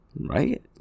Right